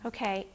Okay